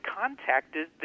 contacted